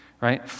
right